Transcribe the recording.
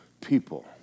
people